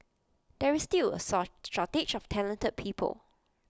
there is still A shortage of talented people